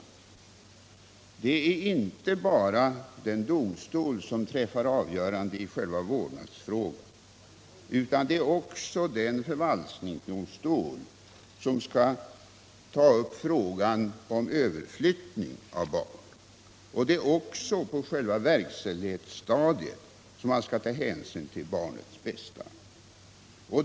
Det är de synpunkterna som myndigheterna skall lägga på frågan, och då inte bara den domstol som träffar avgörande i själva vårdnadsfrågan utan också den förvaltningsdomstol som skall ta upp frågan om överflyttning av barn. Även på själva verkställighetsstadiet skall man ta hänsyn till barnets bästa.